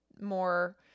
more